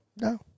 No